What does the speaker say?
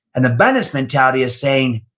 an abundance mentality is saying,